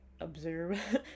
observe